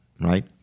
Right